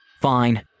Fine